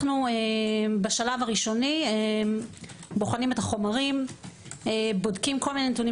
בשלב הראשוני אנחנו בוחנים את החומרים ובודקים נתונים